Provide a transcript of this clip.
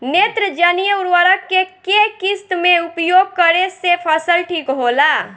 नेत्रजनीय उर्वरक के केय किस्त मे उपयोग करे से फसल ठीक होला?